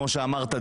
כמו שאמרת,